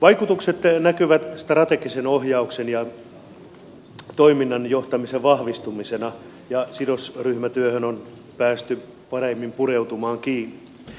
vaikutukset näkyvät strategisen ohjauksen ja toiminnan johtamisen vahvistumisena ja sidosryhmätyöhön on päästy paremmin pureutumaan kiinni